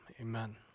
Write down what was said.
Amen